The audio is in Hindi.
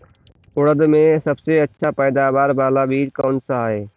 उड़द में सबसे अच्छा पैदावार वाला बीज कौन सा है?